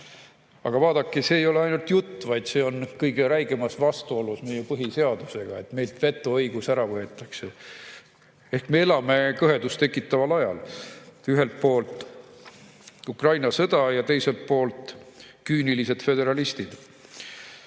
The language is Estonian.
Aga vaadake, see ei ole ainult jutt, vaid see on kõige räigemas vastuolus meie põhiseadusega, et meilt vetoõigus ära võetakse. Me elame kõhedust tekitaval ajal: ühelt poolt Ukraina sõda ja teiselt poolt küünilised föderalistid.